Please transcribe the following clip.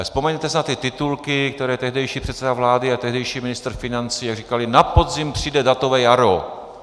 Vzpomeňte si na ty titulky, které tehdejší předseda vlády a tehdejší ministr financí říkali: na podzim přijde datové jaro.